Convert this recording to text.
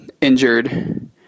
injured